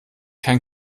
kein